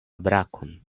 brakon